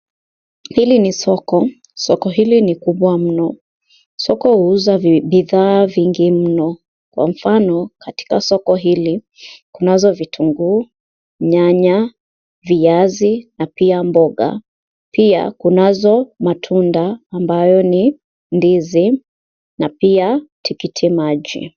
Hili ni soko, soko hili ni kubwa mno, soko huuza bidha mingi mno kwa mfano, katika soko hili kunazo vitunguu, nyanya, viazi na pia mboga, pia kunazo matunda ambayo ni ndizi na pia tikiti maji.